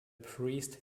priest